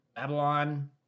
Babylon